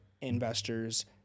investors